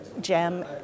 GEM